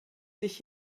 sich